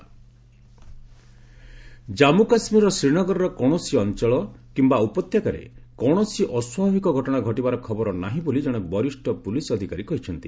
JK situation Jammu କାଶ୍ମୀରର ଶ୍ରୀନଗରର କୌଣସି ଅଞ୍ଚଳ କିମ୍ବା ଉପତ୍ୟକାରେ କୌଣସି ଅସ୍ପାଭାବିକ ଘଟଣା ଘଟିବାର ଖବର ନାହିଁ ବୋଲି ଜଣେ ବରିଷ୍ଣ ପୁଲିସ୍ ଅଧିକାରୀ କହିଛନ୍ତି